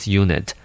unit